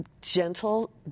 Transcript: gentle